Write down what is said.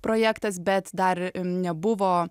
projektas bet dar nebuvo